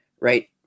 right